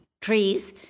Trees